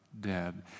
dead